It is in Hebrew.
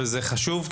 וזה חשוב,